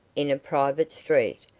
in a private street,